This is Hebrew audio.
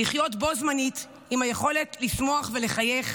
לחיות בו זמנית עם היכולת לשמוח ולחייך